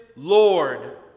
Lord